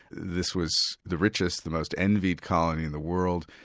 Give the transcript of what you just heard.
this was the richest, the most envied colony in the world,